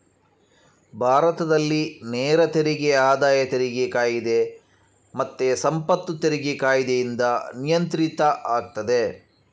ಭಾರತದಲ್ಲಿ ನೇರ ತೆರಿಗೆ ಆದಾಯ ತೆರಿಗೆ ಕಾಯಿದೆ ಮತ್ತೆ ಸಂಪತ್ತು ತೆರಿಗೆ ಕಾಯಿದೆಯಿಂದ ನಿಯಂತ್ರಿತ ಆಗ್ತದೆ